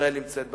שישראל נמצאת בה.